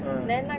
uh